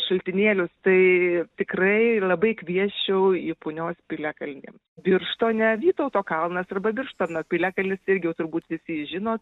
šaltinėlius tai tikrai labai kviesčiau į punios piliakalnį birštone vytauto kalnas arba birštono piliakalnis irgi jau turbūt visi žino